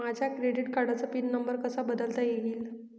माझ्या क्रेडिट कार्डचा pin number कसा बदलता येईल?